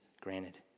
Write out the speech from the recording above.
granted